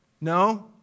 No